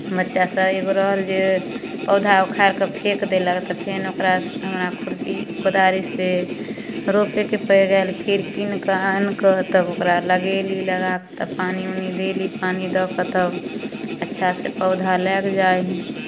बच्चासभ एगो रहल जे पौधा उखाड़ि कऽ फेँक देलक तऽ फेन ओकरा हमरा खुरपी कोदारिसँ रोपैके पड़ि गेल फेर कीन कऽ आनि कऽ तब ओकरा लगयली लगा कऽ तब पानि उनि देली पानि दऽ कऽ तब अच्छासँ पौधा लागि जाइ हइ